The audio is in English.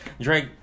Drake